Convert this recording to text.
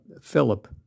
Philip